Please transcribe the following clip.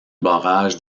barrage